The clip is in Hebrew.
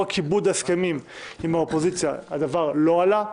כיבוד ההסכמים עם האופוזיציה הדבר לא עלה,